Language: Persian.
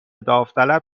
داوطلب